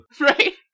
Right